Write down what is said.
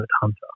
hunter